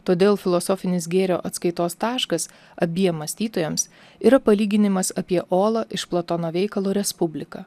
todėl filosofinis gėrio atskaitos taškas abiem mąstytojoms yra palyginimas apie olą iš platono veikalo respublika